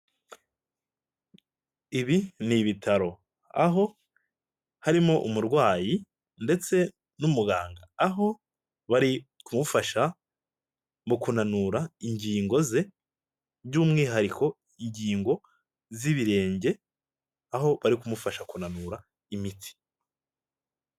Ibi ni ibitaro aho harimo umurwayi ndetse n'umuganga aho bari kumufasha mu kunanura ingingo ze by'umwihariko ingingo z'ibirenge aho bari kumufasha kunanura imitsi.